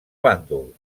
bàndol